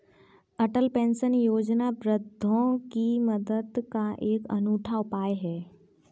अटल pension योजना वृद्धों की मदद का एक अनूठा उपाय है